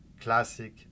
classic